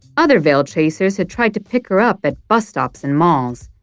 other veil-chasers had tried to pick her up at bus stops and malls.